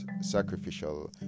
sacrificial